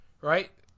right